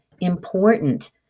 important